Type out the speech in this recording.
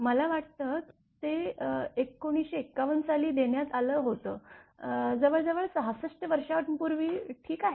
मला वाटतं ते १९५१ साली देण्यात आलं होतं जवळजवळ ६६ वर्षांपूर्वी ठीक आहे